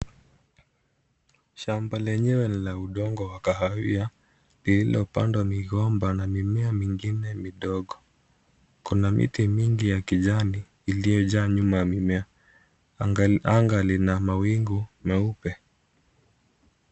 Shamba lenyewe ni la udongo wa kahawia lililopandwa migomba na mimea mingine midogo. Kuna miti mingi ya kijani iliyojaa nyuma ya mimea. Anga lina mawingu meupe.